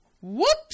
Whoops